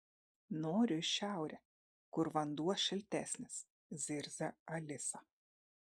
noriu į šiaurę kur vanduo šiltesnis zirzia alisa